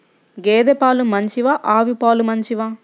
గేద పాలు మంచివా ఆవు పాలు మంచివా?